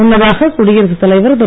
முன்னதாக குடியரசுத் தலைவர் திரு